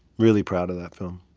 really proud of that film.